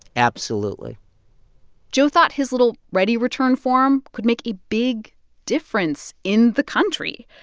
absolutely joe thought his little readyreturn form could make a big difference in the country.